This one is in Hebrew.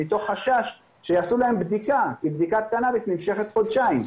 מתוך חשש שיעשו להם בדיקה כי בדיקת קנאביס נמשכת חודשיים.